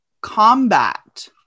combat